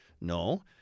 no